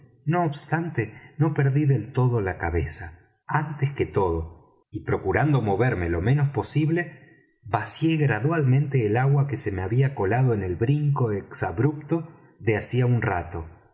no obstante no perdí del todo la cabeza antes que todo y procurando moverme lo menos posible vacié gradualmente el agua que se me había colado en el brinco exabrupto de hacía un rato